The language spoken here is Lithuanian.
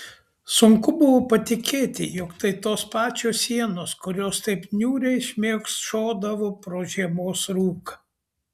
sunku buvo patikėti jog tai tos pačios sienos kurios taip niūriai šmėkšodavo pro žiemos rūką